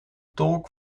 tolk